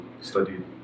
studied